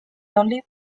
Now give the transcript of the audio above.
only